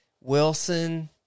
Wilson